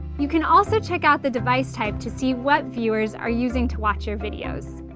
you can also check out the device type to see what viewers are using to watch your videos.